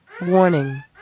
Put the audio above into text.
Warning